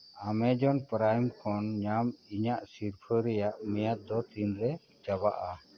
Amazon Prime ᱠᱷᱚᱱ ᱧᱟᱢ ᱤᱧᱟᱹᱜ ᱥᱤᱨᱯᱷᱟᱹ ᱨᱮᱭᱟᱜ ᱢᱮᱭᱟᱫᱽᱫᱚ ᱛᱤᱱᱨᱮ ᱪᱟᱵᱟᱜᱼᱟ